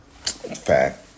Fact